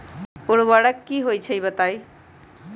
उर्वरक की होई छई बताई?